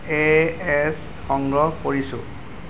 এ এছ সংগ্ৰহ কৰিছোঁ